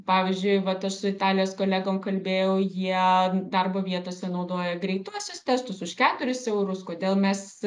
pavyzdžiui vat aš su italijos kolegom kalbėjau jie darbo vietose naudoja greituosius testus už keturis eurus kodėl mes